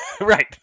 Right